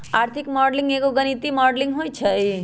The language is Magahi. आर्थिक मॉडलिंग एगो गणितीक मॉडलिंग होइ छइ